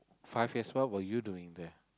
five years what were you doing there